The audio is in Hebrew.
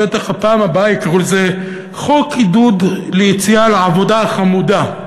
בטח בפעם הבאה יקראו לזה חוק עידוד ליציאה לעבודה החמודה,